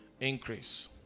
increase